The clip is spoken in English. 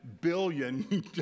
billion